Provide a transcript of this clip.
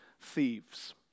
thieves